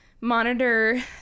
monitor